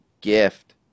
Gift